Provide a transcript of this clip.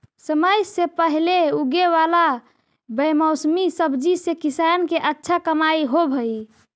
समय से पहले उगे वाला बेमौसमी सब्जि से किसान के अच्छा कमाई होवऽ हइ